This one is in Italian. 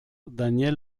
daniel